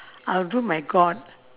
I will do my god